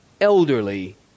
elderly